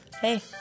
Hey